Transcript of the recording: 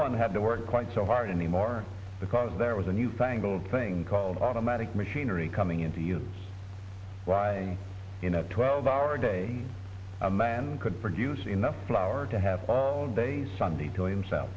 one had to work quite so hard anymore because there was a new fangled thing called automatic machinery coming in to use wiring in a twelve hour day a man could produce enough flour to have all day sunday to him sel